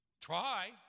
Try